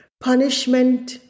Punishment